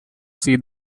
see